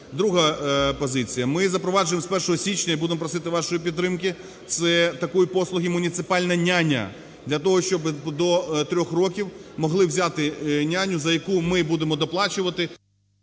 Друга позиція. Ми запроваджуємо з 1 січня і будемо просити вашої підтримки, це такої послуги "муніципальна няня", для того, щоб до 3 років могли взяти няню, за яку ми будемо доплачувати.